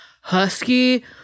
Husky